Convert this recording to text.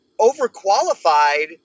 overqualified